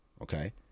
okay